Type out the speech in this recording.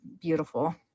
beautiful